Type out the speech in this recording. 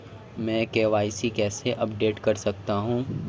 मैं के.वाई.सी कैसे अपडेट कर सकता हूं?